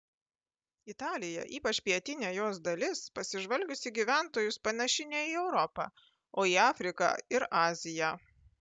italija ypač pietinė jos dalis pasižvalgius į gyventojus panaši ne į europą o į afriką ir aziją